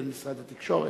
לבין משרד התקשורת,